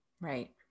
Right